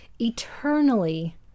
eternally